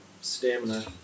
stamina